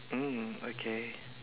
mm okay